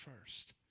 first